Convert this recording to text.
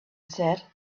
said